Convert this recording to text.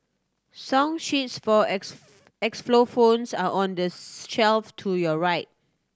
song sheets for are on the shelf to your right